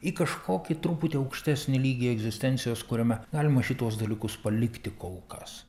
į kažkokį truputį aukštesnį lygį egzistencijos kuriame galima šituos dalykus palikti kol kas